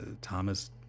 Thomas